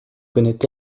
connaît